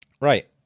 right